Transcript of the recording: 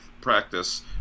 practice